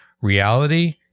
reality